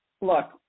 Look